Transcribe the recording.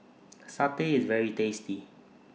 Satay IS very tasty